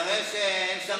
כנראה שזה לא,